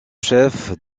chef